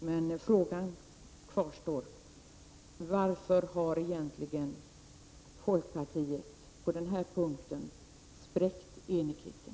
Men frågan kvarstår: Varför har egentligen folkpartiet på den här punkten spräckt enigheten?